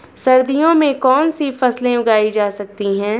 सर्दियों में कौनसी फसलें उगाई जा सकती हैं?